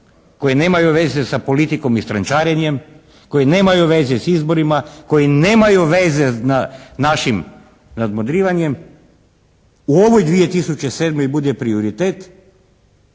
koje nemaju veze sa politikom i strančarenjem, koje nemaju veze s izborima. Koje nemaju veze s našim nadmudrivanjem u ovoj 2007. bude prioritet